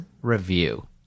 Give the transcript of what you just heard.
review